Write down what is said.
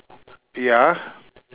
ya